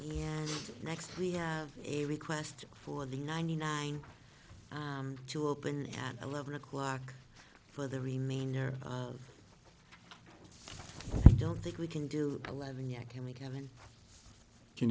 yeah next we have a request for the ninety nine to open at eleven o'clock for the remaining i don't think we can do eleven yeah can we get it can